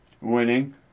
winning